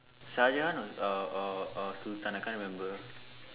sergeant or or or Sultan I can't remember